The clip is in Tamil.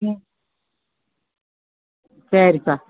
ம் சரிப்பா